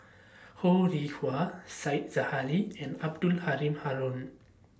Ho Rih Hwa Said Zahari and Abdul Halim Haron